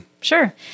sure